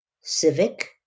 civic